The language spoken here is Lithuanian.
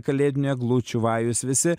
kalėdinių eglučių vajus visi